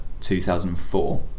2004